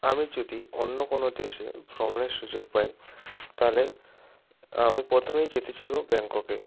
আমি যদি অন্য কোনও দেশে ভ্রমণের সুযোগ পাই তালে আমি প্রথমেই যেতে চাইবো ব্যাংককে